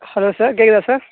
hello sir கேட்குதா sir